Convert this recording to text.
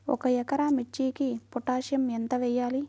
ఒక ఎకరా మిర్చీకి పొటాషియం ఎంత వెయ్యాలి?